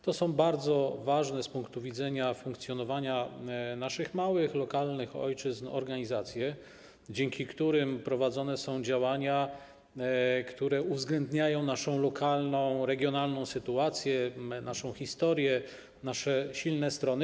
To są organizacje bardzo ważne z punktu widzenia funkcjonowania naszych małych lokalnych ojczyzn, dzięki którym prowadzone są działania, które uwzględniają naszą lokalną, regionalną sytuację, naszą historię, nasze silne strony.